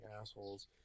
assholes